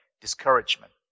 discouragement